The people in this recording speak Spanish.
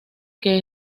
que